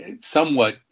somewhat